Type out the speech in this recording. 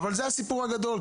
אבל זה הסיפור הגדול,